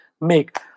make